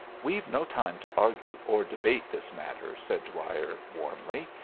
we've no time to argue or debate this matter, said dwyer, warmly.